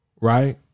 right